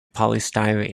polystyrene